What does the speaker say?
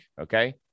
Okay